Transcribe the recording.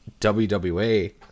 WWE